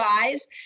guys